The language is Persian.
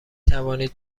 توانید